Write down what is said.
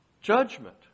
Judgment